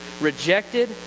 rejected